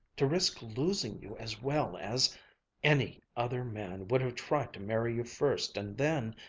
to risk losing you as well as any other man would have tried to marry you first and then!